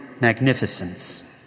magnificence